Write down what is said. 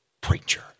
preacher